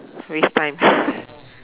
waste time